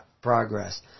progress